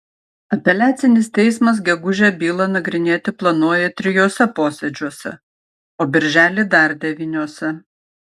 apeliacinis teismas gegužę bylą nagrinėti planuoja trijuose posėdžiuose o birželį dar devyniuose